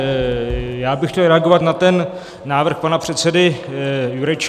Já bych chtěl reagovat na ten návrh pana předsedy Jurečky.